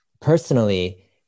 personally